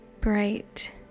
bright